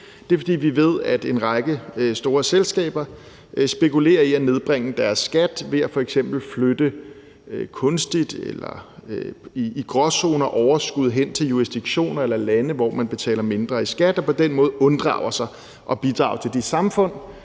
er, at vi ved, at en række store selskaber spekulerer i at nedbringe deres skat ved f.eks. at flytte, kunstigt eller i gråzoner, overskud hen til jurisdiktioner eller lande, hvor man betaler mindre i skat, og på den måde unddrager de sig at bidrage til de samfund,